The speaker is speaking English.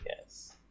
Yes